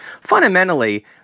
Fundamentally